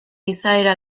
izaera